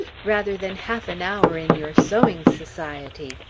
rather than half an hour in your sewing society!